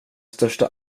största